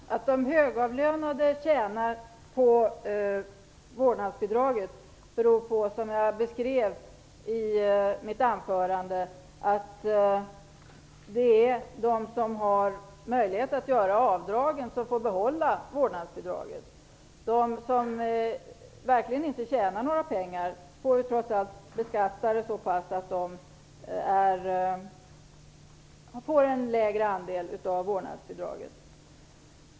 Fru talman! Att de högavlönade tjänar på vårdnadsbidraget beror på att det är de som har möjlighet att göra avdrag som får behålla vårdnadsbidraget, som jag beskrev i mitt anförande. För dem som inte tjänar några pengar beskattas det trots allt så pass att de får en lägre andel av vårdnadsbidraget.